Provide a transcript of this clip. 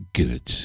good